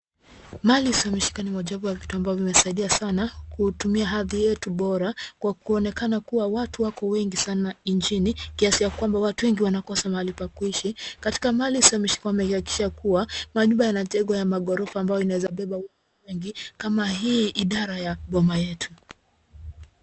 Mali isiyohamishika ni mojawapo ya vitu ambavyo vimesaidia sana kutumia hadhi yetu bora kwa kuonekana kuwa watu wako wengi sana nchini, kiasi ya kwamba watu wengi wanakosa mahali pa kuishi. Katika Mali isiyohamishika wamehakikisha kuwa manyumba yanajengwa ya maghorofa ambayo inawezabeba watu wengi kama hii idara ya boma yetu.